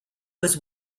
was